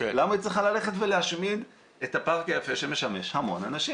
למה היא צריכה ללכת ולהשמיד את הפארק היפה שמשמש המון אנשים?